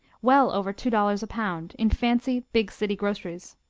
well over two dollars a pound, in fancy big city groceries.